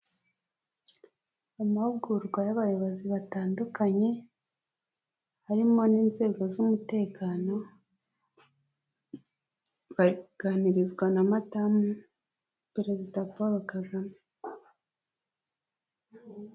Amahugurwa y'abayobozi batandukanye, harimo n'inzego z'umutekano, baganirizwa na madamu Perezida Paul Kagame.